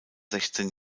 sechzehn